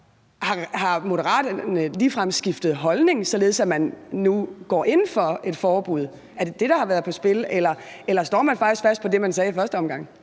Har Moderaterne ligefrem skiftet holdning, således at man nu går ind for et forbud – er det det, der har været på spil? – eller står man faktisk fast på det, man sagde i første omgang?